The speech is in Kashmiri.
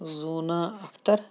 زوٗنا اَختَر